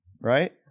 right